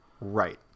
Right